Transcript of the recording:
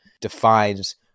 defines